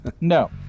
No